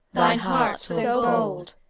thine heart so bold?